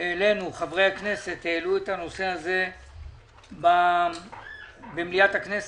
חברי הכנסת העלו את הנושא הזה במליאת הכנסת,